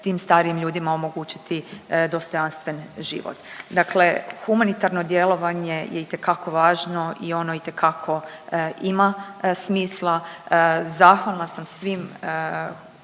tim starijim ljudima omogućiti dostojanstven život. Dakle, humanitarno djelovanje je itekako važno i ono itekako ima smisla. Zahvalna sam svim